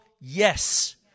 Yes